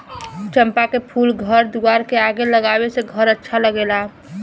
चंपा के फूल घर दुआर के आगे लगावे से घर अच्छा लागेला